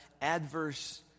adverse